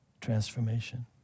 transformation